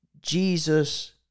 Jesus